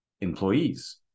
employees